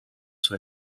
sur